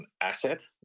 asset